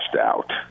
out